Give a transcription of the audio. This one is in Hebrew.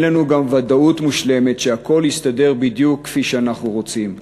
אין לנו גם ודאות מושלמת שהכול יסתדר בדיוק כפי שאנחנו רוצים.